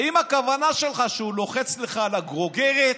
האם הכוונה שלך שהוא לוחץ לך על הגרוגרת?